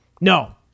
No